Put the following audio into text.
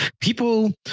people